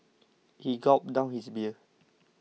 he gulped down his beer